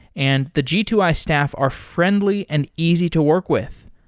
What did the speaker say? and the g two i staff are friendly and easy to work with.